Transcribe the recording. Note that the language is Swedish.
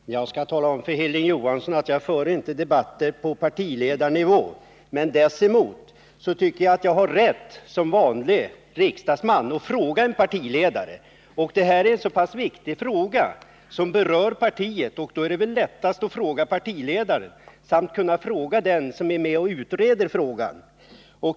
Herr talman! Jag ber att få tala om för Hilding Johansson att jag inte för några debatter på partiledarnivå. Men jag tycker ändå att jag som vanlig riksdagsman har rätt att fråga en partiledare. Denna fråga som berör partiet är så pass viktig att det väl är riktigast att fråga partiledaren eller den som är med om att utreda frågan.